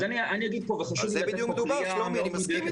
על זה בדיוק מדובר, שלומי, אני מסכים אתך.